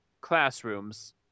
classrooms